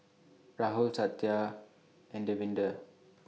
Rahul Satya and Davinder